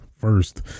first